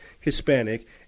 Hispanic